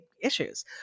issues